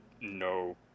no